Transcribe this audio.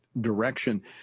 direction